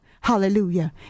Hallelujah